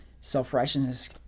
self-righteousness